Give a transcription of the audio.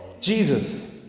Jesus